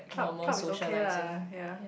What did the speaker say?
club club is okay lah ya